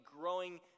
growing